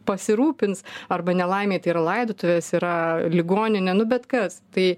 pasirūpins arba nelaimei tai ir laidotuvės yra ligoninė nu bet kas tai